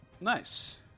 Nice